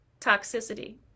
toxicity